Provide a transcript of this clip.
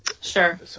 Sure